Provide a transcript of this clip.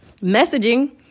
Messaging